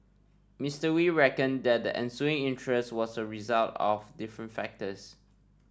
Mister Wee reckoned that the ensuing interest was a result of different factors